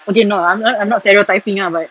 okay no I'm I'm not stereotyping lah but